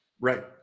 Right